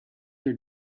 your